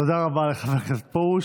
תודה רבה לחבר הכנסת פרוש.